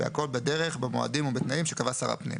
והכול בדרך, במועדים ובתנאים שקבע שר הפנים,